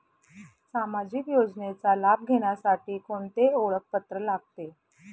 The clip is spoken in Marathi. सामाजिक योजनेचा लाभ घेण्यासाठी कोणते ओळखपत्र लागते?